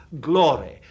glory